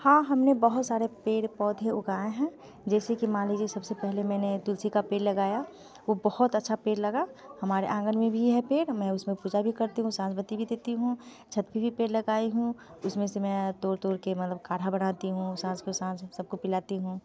हाँ हम ने बहुत सारे पेड़ पौधे उगाए हैं जैसे कि मान लीजिए सबसे पहले मैंने तुलसी का पेड़ लगाया वो बहुत अच्छा पेड़ लगा हमारे आँगन में भी है पेड़ मैं उस में पूजा भी करती हूँ सांज बत्ती भी देती हूँ छत्त पर भी पेड़ लगाई हूँ उस में से मैं तोड़ तोड़ कर मतलब काढ़ा बनाती हूँ साँज को साँज सब को पिलाती हूँ